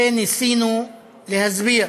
וניסינו להסביר: